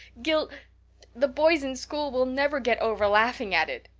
gil the boys in school will never get over laughing at it.